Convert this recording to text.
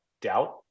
doubt